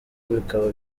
bikaba